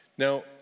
Now